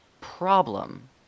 problem